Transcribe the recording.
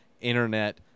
internet